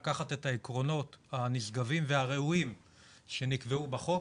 לקחת את העקרונות הנשגבים והראויים שנקבעו בחוק,